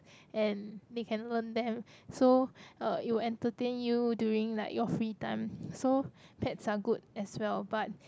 and they can learn them so uh it will entertain you during like your free time so pets are good as well but